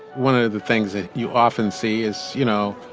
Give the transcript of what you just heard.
one of the things that you often see is, you know,